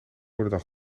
worden